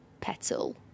Petal